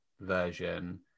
version